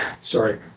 Sorry